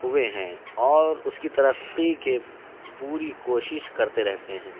ہوئے ہیں اور اس کی ترقی کے پوری کوشش کرتے رہتے ہیں